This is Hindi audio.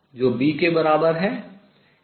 जो B के बराबर है